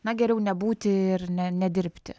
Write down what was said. na geriau nebūti ir ne nedirbti